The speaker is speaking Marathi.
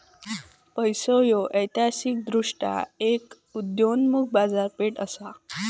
पैसो ह्या ऐतिहासिकदृष्ट्यो एक उदयोन्मुख बाजारपेठ असा